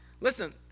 listen